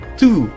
two